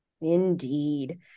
Indeed